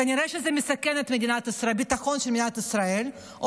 כנראה שזה מסכן את ביטחון מדינת ישראל או